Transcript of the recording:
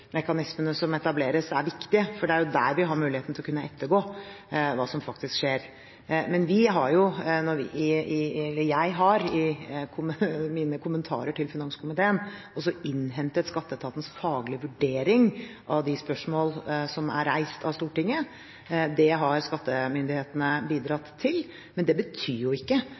som etableres, er viktige, for det er jo der vi har muligheten til å kunne ettergå hva som faktisk skjer. Men jeg har i mine kommentarer til finanskomiteen også innhentet skatteetatens faglige vurdering av de spørsmål som er reist av Stortinget. Det har skattemyndighetene